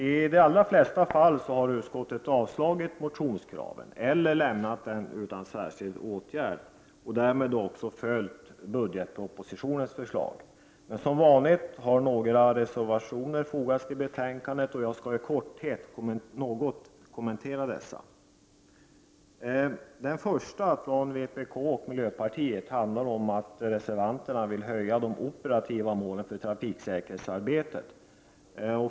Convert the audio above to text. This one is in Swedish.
I de flesta fall har utskottet avstyrkt motionskraven eller föreslagit att de lämnas utan särskild åtgärd och därmed också följt förslagen i budgetpropositionen. Som vanligt har några reservationer fogats till betänkandet, och jag skall i korthet något kommentera dessa. Den första, från vpk och miljöpartiet, handlar om att reservanterna vill höja de operativa målen för trafiksäkerhetsarbetet.